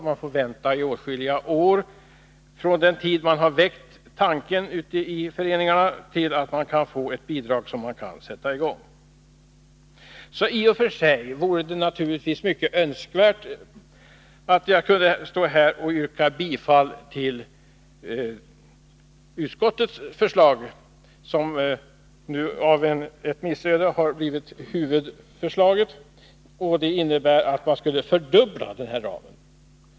Man får vänta åtskilliga år från det att man har väckt tanken ute i föreningarna till dess att man får bidraget så att man kan sätta i gång. I och för sig vore det naturligtvis mycket önskvärt att jag här kunde yrka bifall till utskottets förslag — som av ett missöde blev huvudförslaget — som innebär att man skulle fördubbla ramen.